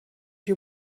you